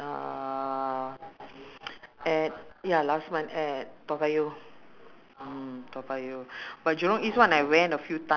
she said that um the price uh she's going to standardise the price both in toa payoh and jurong east but I I